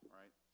right